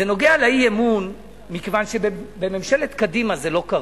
זה נוגע לאי-אמון מכיוון שבממשלת קדימה זה לא קרה.